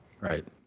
Right